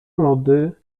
lody